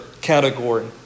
category